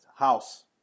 House